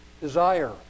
desire